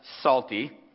salty